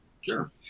Sure